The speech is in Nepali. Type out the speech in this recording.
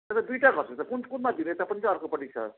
त्यहाँ त दुइवटा घर छ त कुन कुनमा दिनु यता पनि छ अर्कोपट्टि छ